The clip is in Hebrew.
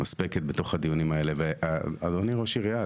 מספקת בתוך הדיונים האלה ואדוני ראש עירייה,